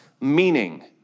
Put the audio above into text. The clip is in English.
meaning